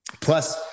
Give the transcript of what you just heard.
plus